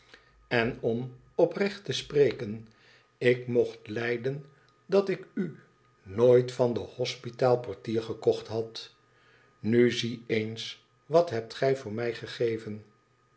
en om oprecht te spreken ik mocht lijden dat ik u nooit van den hospitaal portier gekocht had na zie eens wat hebt gij voor mij gegeven